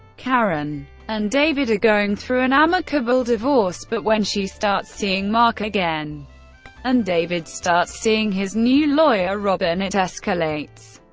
karen and david are going through an amicable divorce, but when she starts seeing mark again and david starts seeing his new lawyer robyn, it escalates,